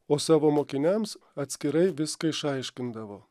o savo mokiniams atskirai viską išaiškindavo